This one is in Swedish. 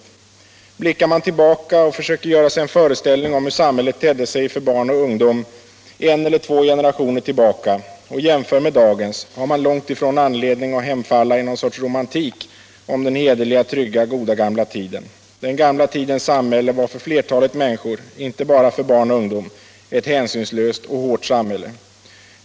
Om man blickar tillbaka och försöker göra sig en föreställning om hur samhället tedde sig för barn och ungdom en eller två generationer tillbaka och jämför med dagens, så har man långt ifrån anledning att hemfalla till någon sorts romantik om den hederliga, trygga och goda gamla tiden. Den gamla tidens samhälle var för flertalet människor, inte bara för barn och ungdom, ett hänsynslöst och hårt samhälle.